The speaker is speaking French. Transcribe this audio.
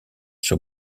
sur